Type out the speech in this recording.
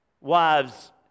wives